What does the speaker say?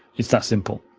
it's that simple.